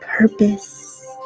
purpose